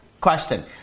question